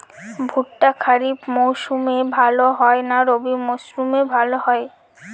ভুট্টা খরিফ মৌসুমে ভাল হয় না রবি মৌসুমে ভাল হয়?